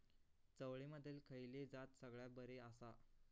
चवळीमधली खयली जात सगळ्यात बरी आसा?